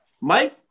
Mike